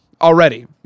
already